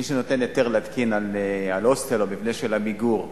מי שנותן היתרים להתקין על הוסטל או מבנה של "עמיגור"